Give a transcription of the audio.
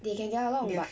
they can get along but